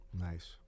Nice